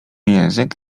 język